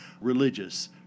religious